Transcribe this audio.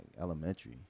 elementary